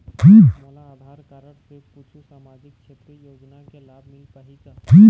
मोला आधार कारड से कुछू सामाजिक क्षेत्रीय योजना के लाभ मिल पाही का?